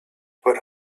but